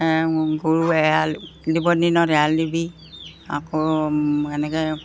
গৰু এৰাল দিব দিনত এৰাল দিবি আকৌ এনেকৈ